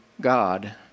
God